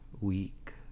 week